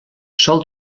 sol